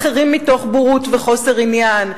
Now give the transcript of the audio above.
אחרים מתוך בורות וחוסר עניין.